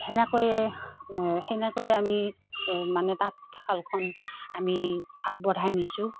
সেনেকৈয়ে সেনেকৈয়ে আমি মানে তাঁতাশালখন আমি আগবঢ়াই নিছোঁ